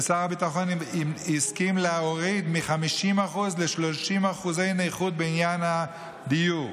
שר הביטחון הסכים להוריד מ-50% ל-30% נכות בעניין הדיור,